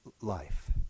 life